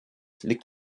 liegt